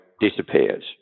disappears